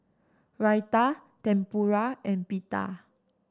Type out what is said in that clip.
Raita Tempura and Pita